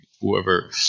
whoever